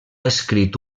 escrit